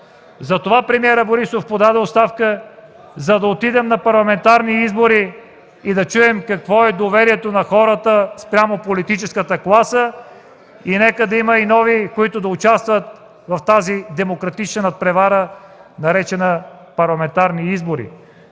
Затова премиерът Борисов подаде оставка – за да отидем на парламентарни избори и да чуем какво е доверието на хората спрямо политическата класа. И нека да има нови, които да участват в тази демократична надпревара, наречена парламентарни избори.